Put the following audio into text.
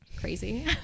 crazy